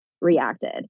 reacted